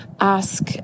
ask